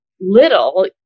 little